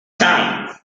time